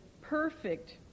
perfect